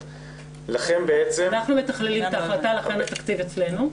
לכם בעצם --- אנחנו מתכללים את ההחלטה ולכן התקציב אצלנו.